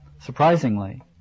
surprisingly